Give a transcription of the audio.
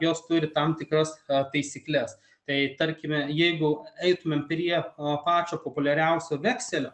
jos turi tam tikras taisykles tai tarkime jeigu eitumėm prie a pačio populiariausio vekselio